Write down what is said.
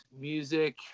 music